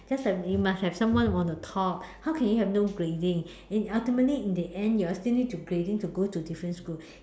just like you must have someone on the top how can you have no grading and ultimately in the end you are still need to grading to go to different school